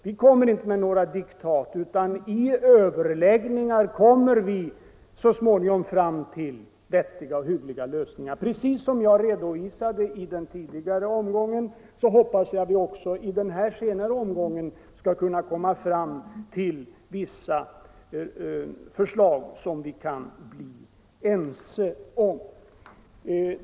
Vi kommer inte med några diktat, utan i överläggningar söker vi så småningom komma fram till vettiga och hyggliga lösningar. Precis som jag redovisade beträffande den första uppvaktningen från Statstjänstemannaförbundet hoppas jag att vi även för den senare omgången skall komma fram till vissa förslag som vi kan bli ense om.